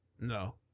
No